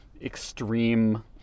extreme